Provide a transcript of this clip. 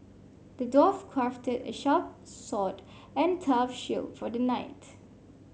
the dwarf crafted a sharp sword and tough shield for the knight